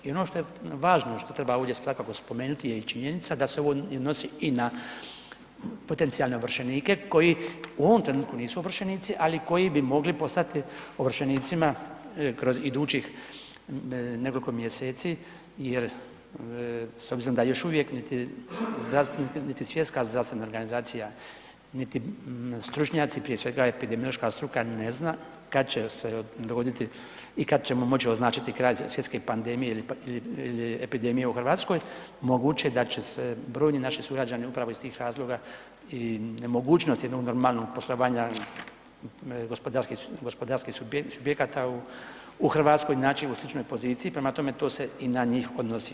I ono što je važno, što treba ovdje svakako spomenuti je i činjenica da se ovo odnosi i na potencijalne ovršenike, koji u ovom trenutku nisu ovršenici, ali koji bi mogli postati ovršenicima kroz idućih nekoliko mjeseci jer s obzirom da još uvijek niti Svjetska zdravstvena organizacija, niti stručnjaci, prije svega epidemiološka struka ne zna kad će se dogoditi i kad ćemo moći označiti kraj svjetske pandemije ili epidemije u Hrvatskoj, moguće da će se brojni naši sugrađani upravo iz tih razloga i mogućnosti normalnog poslovanja gospodarskih subjekata u Hrvatskoj naći u sličnoj poziciji, prema tome to se i na njih odnosi.